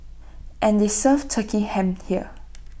and they serve turkey ham here